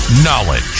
Knowledge